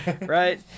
right